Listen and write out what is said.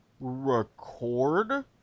record